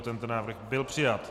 Tento návrh byl přijat.